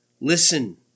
Listen